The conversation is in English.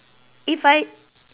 if I